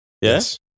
Yes